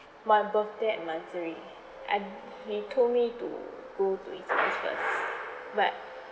my birthday and monthsary and he told me to go to his place first but